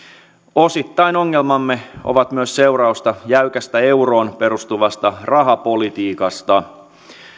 osittain ongelmamme ovat myös seurausta jäykästä euroon perustuvasta rahapolitiikasta